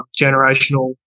generational